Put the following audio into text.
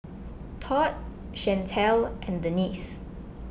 Todd Chantel and Denice